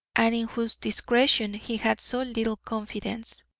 and in whose discretion he had so little confidence.